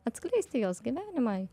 atskleisti jos gyvenimą